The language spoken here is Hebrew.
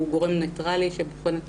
הוא גורם ניטרלי שבוחן,